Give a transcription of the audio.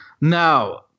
Now